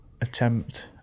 attempt